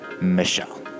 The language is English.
Michelle